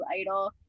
idol